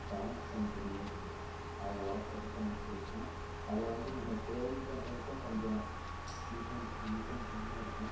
டாக்ஸை எனக்கு ரொம்ப பிடிக்கும் அதை வளர்க்கறதுக்கு எனக்கு பிடிக்கும் அதை வந்து நம்ம ட்ரைனிங் பண்ணுறதுக்கு கொஞ்சம் இன்ட்ரெஸ்டிங்காக இருக்கும்